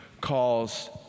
calls